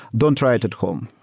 don't try it at home,